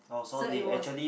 so it was